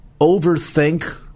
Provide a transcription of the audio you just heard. overthink